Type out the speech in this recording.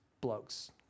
bloke's